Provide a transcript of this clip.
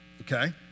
okay